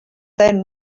then